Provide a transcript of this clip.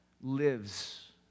lives